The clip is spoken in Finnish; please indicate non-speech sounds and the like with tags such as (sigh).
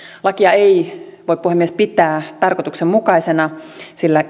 lakia ei voi puhemies pitää tarkoituksenmukaisena sillä (unintelligible)